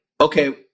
okay